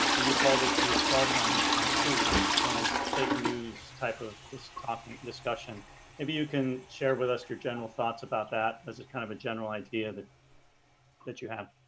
and you called it the assault on on truth and this fake news type of diss talking discussion maybe you can share with us your general thoughts about that as a kind of a general idea that that you have